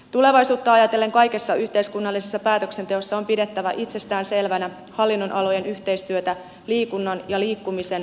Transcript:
tulevaisuutta ajatellen kaikessa yhteiskunnallisessa päätöksenteossa on pidettävä itsestään selvänä hallinnonalojen yhteistyötä liikunnan ja liikkumisen voitoksi